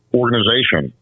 organization